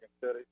City